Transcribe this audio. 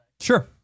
sure